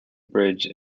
bridge